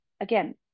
again